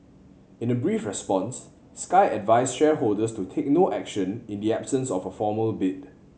in a brief response Sky advised shareholders to take no action in the absence of a formal bid